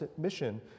mission